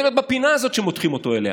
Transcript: להיות בפינה הזאת שמותחים אותו אליה,